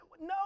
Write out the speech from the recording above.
No